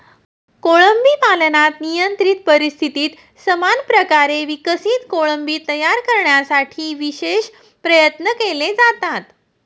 कोळंबी पालनात नियंत्रित परिस्थितीत समान प्रकारे विकसित कोळंबी तयार करण्यासाठी विशेष प्रयत्न केले जातात